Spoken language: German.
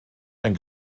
ein